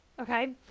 okay